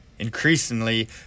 Increasingly